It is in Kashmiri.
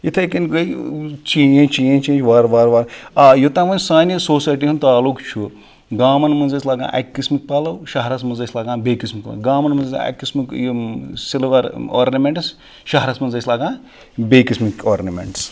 یِتھَے کٔنۍ گٔے چینٛج چینٛج چینٛج وارٕ وارٕ وارٕ آ یوٚتام وۄنۍ سانہِ سوسایٹی ہُنٛد تعلُق چھُ گامَن منٛز ٲسۍ لگان اَکہِ قٕسمٕکۍ پَلو شَہرَس منٛز ٲسۍ لگان بیٚیہِ قٕسمٕکۍ پَلو گامَن منٛز ٲسۍ اَکہِ قٕسمُک یِم سِلوَر آرنَمٮ۪نٛٹٕس شہرَس منٛز ٲسۍ لَگان بیٚیہِ قٕسمٕکۍ آرنَمٮ۪نٛٹٕس